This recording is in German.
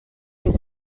uns